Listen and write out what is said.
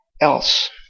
else